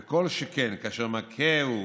וכל שכן כאשר מכהו,